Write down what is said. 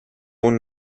اون